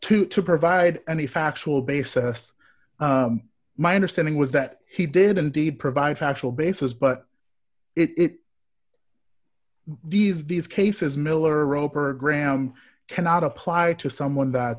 to to provide any factual basis my understanding was that he did indeed provide factual basis but it these these cases miller roper graham cannot apply to someone